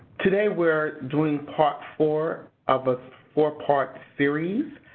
today, we're doing part four of a four-part series.